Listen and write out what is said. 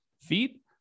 feet